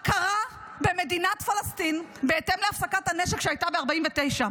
הכרה במדינת פלסטין בהתאם לשביתת הנשק שהייתה ב-1949.